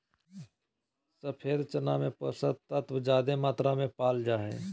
सफ़ेद चना में पोषक तत्व ज्यादे मात्रा में पाल जा हइ